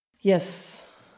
Yes